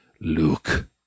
Luke